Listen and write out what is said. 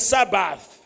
Sabbath